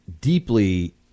deeply